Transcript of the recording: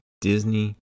Disney